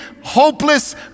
hopeless